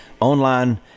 online